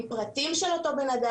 עם פרטים של אותו אדם,